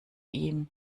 ihm